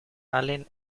allen